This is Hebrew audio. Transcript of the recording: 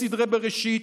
הוא משבש סדרי בראשית,